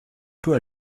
peux